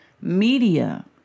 media